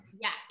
Yes